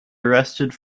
arrested